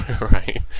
Right